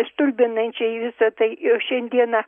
stulbinančiai visa tai jau šiandieną